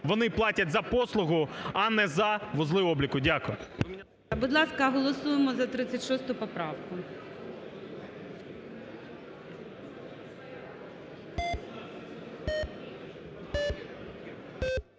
вони платять за послугу, а не за вузли обліку. Дякую. ГОЛОВУЮЧИЙ. Будь ласка, голосуємо за 36 поправку.